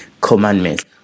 commandments